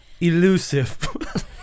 Elusive